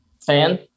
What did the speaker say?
fan